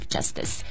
Justice